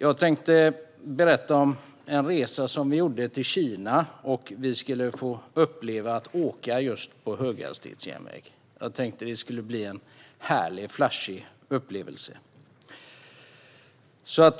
Jag tänkte berätta om en resa vi gjorde till Kina, där vi skulle få uppleva att åka just på höghastighetsjärnväg. Jag tänkte att det skulle bli en härlig, flashig upplevelse.